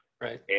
Right